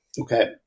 Okay